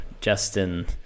Justin